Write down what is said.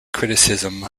criticism